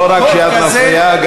לא רק שאת מפריעה,